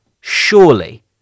surely